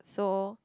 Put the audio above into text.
so